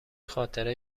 خاطره